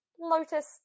Lotus